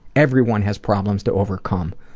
everyone has problems to overcome,